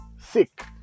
sick